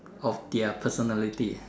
of their personality